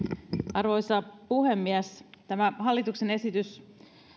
arvoisa puhemies tämä hallituksen esitys